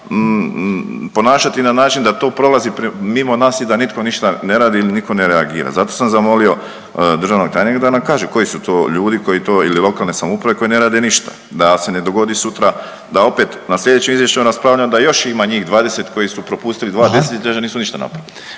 ponašati na način da to prolazi mimo nas i da nitko ništa ne radi ili niko ne reagira, zato sam zamolio državnog tajnika da nam kaže koji su to ljudi koji to ili lokalne samouprave koje ne rade ništa da se ne dogodi sutra da opet na slijedećem izvještaju raspravljamo da još ima njih 20 koji su propustili i dva 10-ljeća kažu nisu ništa napravili.